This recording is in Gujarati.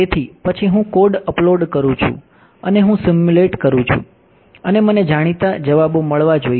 તેથી પછી હું કોડ અપલોડ કરું છું અને હું સિમ્યુલેટ કરું છું અને મને જાણીતા જવાબો મળવા જોઈએ